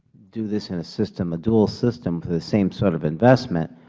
do this in a system, a dual system for the same sort of investment?